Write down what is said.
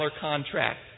contract